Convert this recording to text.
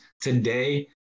today